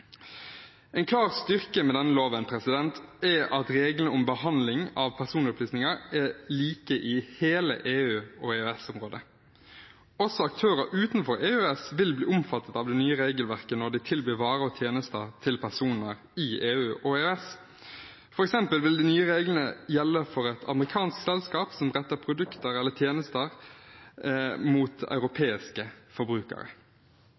En klar styrke med denne loven er at reglene om behandling av personopplysninger er like i hele EU- og EØS-området. Også aktører utenfor EØS vil bli omfattet av det nye regelverket når de tilbyr varer og tjenester til personer i EU og EØS. For eksempel vil de nye reglene gjelde for et amerikansk selskap som selger produkter eller tjenester til europeiske forbrukere.